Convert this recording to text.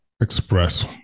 express